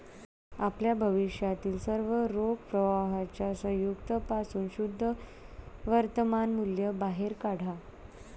आपल्या भविष्यातील सर्व रोख प्रवाहांच्या संयुक्त पासून शुद्ध वर्तमान मूल्य बाहेर काढा